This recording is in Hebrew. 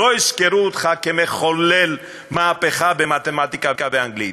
לא יזכרו אותך כמחולל מהפכה במתמטיקה ואנגלית,